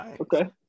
Okay